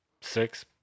six